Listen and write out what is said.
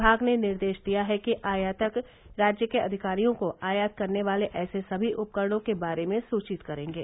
विभाग ने निर्देश दिया है कि आयातक राज्य के अधिकारियों को आयात करने वाले ऐसे सभी उपकरणों के बारे में सूचित करेंगे